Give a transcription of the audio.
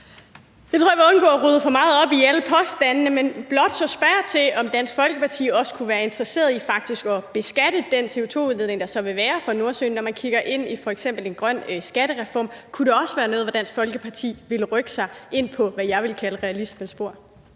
Jeg tror, jeg vil undgå at rode for meget op i alle påstandene, men blot spørge til, om Dansk Folkeparti også kunne være interesseret i faktisk at beskatte den CO2-udledning, der så vil være fra Nordsøen, når man kigger ind i f.eks. en grøn skattereform. Kunne det også være noget, hvor Dansk Folkeparti vil rykke sig ind på, hvad jeg vil kalde et realistisk spor?